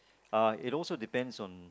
uh it also depends on